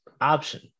option